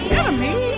enemy